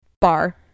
bar